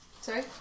Sorry